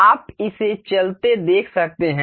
आप इसे चलते देख सकते हैं